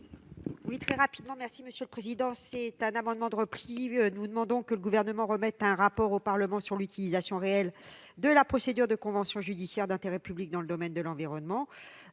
à Mme Éliane Assassi. Au travers de cet amendement de repli, nous demandons que le Gouvernement remette un rapport au Parlement sur l'utilisation réelle de la procédure de convention judiciaire d'intérêt public dans le domaine de l'environnement.